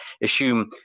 assume